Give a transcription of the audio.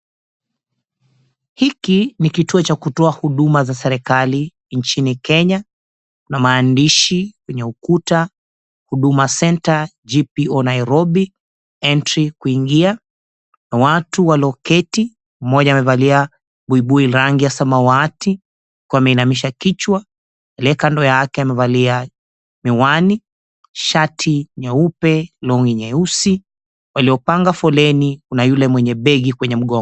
Hiki ni kituo cha kutoa huduma za serikali nchini Kenya. Kuna maaandishi kwenye ukuta, "Huduma Center J.P.O Nairobi Entry, Kuingia." Watu walioketi mmoja amevalia buibui rangi ya samawati huku ameinamisha kichwa. Aliye kando yake amevalia miwani shati nyeupe long'i nyeusi. Waliopanga foleni kuna yule mwenye begi kwenye mgongo.